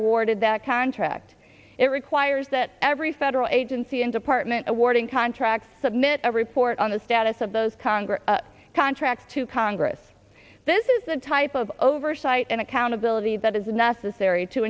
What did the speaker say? awarded that contract it requires that every federal agency and department awarding contracts submit a report on the status of those congress contracts to congress this is the type of oversight and accountability that is necessary to